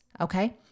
Okay